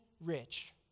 rich